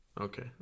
Okay